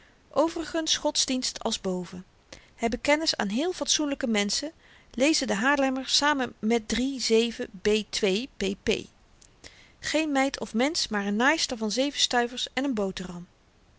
overigens godsdienst als boven hebben kennis aan heel fatsoenlyke menschen lezen den haarlemmer samen met iii b geen meid of mensch maar n naaister van zeven stuivers en n boteram